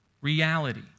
reality